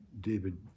David